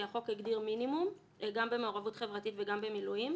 כי החוק הגדיר מינימום גם במעורבות חברתית וגם במילואים.